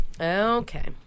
Okay